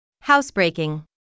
Housebreaking